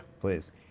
Please